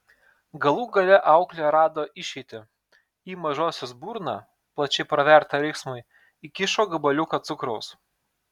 galų gale auklė rado išeitį į mažosios burną plačiai pravertą riksmui įkišo gabaliuką cukraus